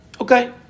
Okay